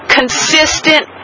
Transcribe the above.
consistent